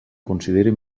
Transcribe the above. consideri